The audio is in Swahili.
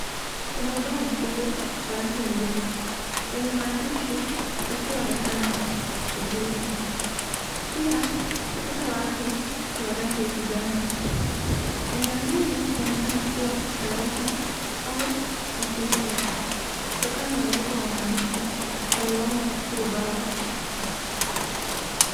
Kuna ubao mkubwa wa rangi nyeupe, wenye maandishi usioonekana vizuri, pia ukuta wake ni wa rangi ya kijani. Eneo hili linaonekana kuwa darasa, au ofisi kutokana na uwepo wa maandishi, yaliyomo katika ubao.